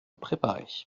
préparer